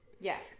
yes